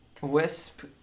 Wisp